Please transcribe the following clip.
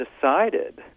decided